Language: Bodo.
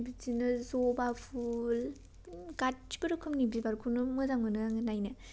बिदिनो ज'बा फुल गासिबो रोखोमनि बिबारखौनो मोजां मोनो आङो नायनो